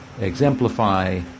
exemplify